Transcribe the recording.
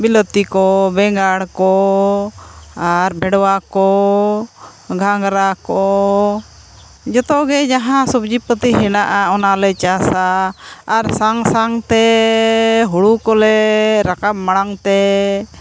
ᱵᱤᱞᱟᱹᱛᱤ ᱠᱚ ᱵᱮᱸᱜᱟᱲ ᱠᱚ ᱟᱨ ᱵᱷᱮᱲᱣᱟ ᱠᱚ ᱜᱷᱟᱝᱨᱟ ᱠᱚ ᱡᱚᱛᱚᱜᱮ ᱡᱟᱦᱟᱸ ᱥᱚᱵᱽᱡᱤ ᱯᱟᱛᱤ ᱦᱮᱱᱟᱜᱼᱟ ᱚᱱᱟᱞᱮ ᱪᱟᱥᱟ ᱟᱨ ᱥᱟᱶ ᱥᱟᱶᱛᱮ ᱦᱳᱲᱳ ᱠᱚᱞᱮ ᱨᱟᱠᱟᱵ ᱢᱟᱲᱟᱝ ᱛᱮ